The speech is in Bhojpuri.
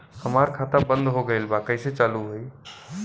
हमार खाता बंद हो गईल बा कैसे चालू होई?